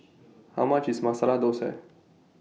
How much IS Masala Dosa